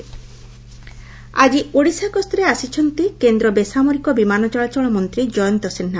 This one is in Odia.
ଜୟନ୍ତ ସିହ୍ନା ଆକି ଓଡ଼ିଶା ଗସ୍ତରେ ଆସିଛନ୍ତି କେନ୍ଦ୍ ବେସାମରିକ ବିମାନ ଚଳାଚଳ ମନ୍ତୀ ଜୟନ୍ତ ସିହ୍ବା